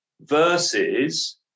versus